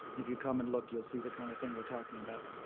if you come and look, you'll see the kind of thing we're talking about.